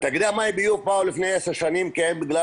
תאגידי המים והביוב באו לפני עשר שנים בגלל